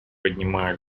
поднимая